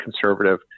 conservative